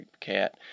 cat